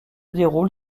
déroule